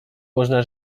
można